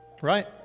right